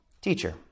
teacher